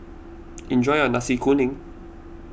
enjoy your Nasi Kuning